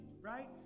right